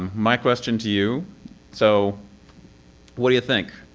um my question to you so what do you think?